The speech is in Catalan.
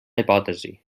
hipòtesi